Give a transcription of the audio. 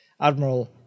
Admiral